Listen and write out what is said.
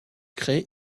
créer